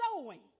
sowing